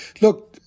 Look